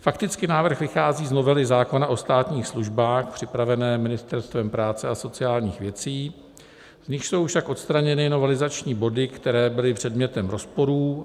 Fakticky návrh vychází z novely zákona o státních službách připravené Ministerstvem práce a sociálních věcí, v níž jsou však odstraněny novelizační body, které byly předmětem rozporů.